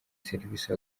serivise